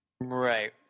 Right